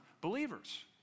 believers